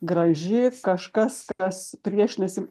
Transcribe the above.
graži kažkas kas priešinasi